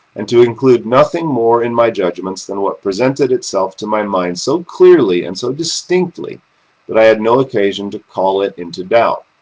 and to include nothing more in my judgments than what presented itself to my mind so clearly and so distinctly that i had no occasion to call it into doubt.